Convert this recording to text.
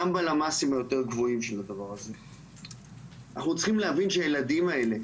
גם ב --- אנחנו צריכים להבין שהילדים האלה,